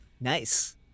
Nice